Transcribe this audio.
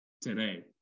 today